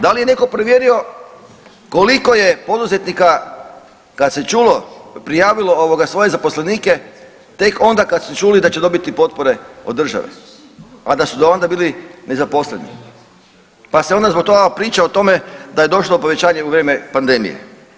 Da li je netko provjerio koliko je poduzetnika, kada se čulo, prijavilo ovoga svoje zaposlenike tek onda kad su čuli da će dobiti potpore od države, a da su do onda bili nezaposleni, pa se onda zbog toga priča o tome da je došlo do povećanja u vrijeme pandemije.